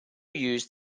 used